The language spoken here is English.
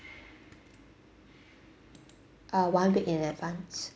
uh one week in advance